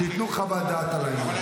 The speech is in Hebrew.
שייתנו חוות דעת על העניין.